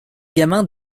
gamins